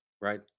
right